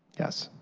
yes.